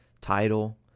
title